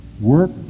Work